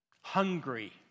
Hungry